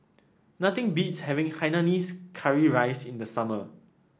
nothing beats having Hainanese Curry Rice in the summer